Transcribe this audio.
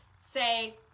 say